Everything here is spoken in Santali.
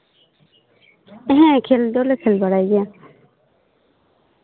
ᱦᱮᱸ ᱠᱷᱮᱹᱞ ᱫᱚᱞᱮ ᱠᱷᱮᱹᱞ ᱵᱟᱲᱟᱭ ᱜᱮᱭᱟ